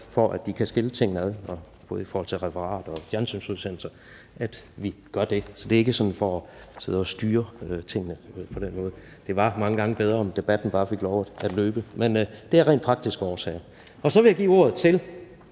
for at de kan skille tingene ad, både i forhold til at tage referat og lave fjernsynsudsendelse – at vi gør det. Det er ikke sådan for at styre tingene på den måde. Det var mange gange bedre, om debatten bare fik lov at løbe, men det er af rent praktiske årsager. Så vil jeg give ordet til